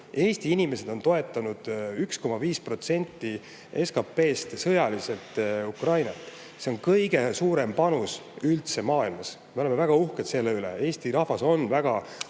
Eesti inimesed on toetanud 1,5% protsendi ulatuses SKP-st sõjaliselt Ukrainat. See on kõige suurem panus üldse maailmas. Me oleme väga uhked selle üle, et Eesti rahvas on väga